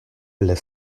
les